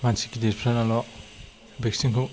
मानसि गिदिरफोराल' भेक्सिन खौ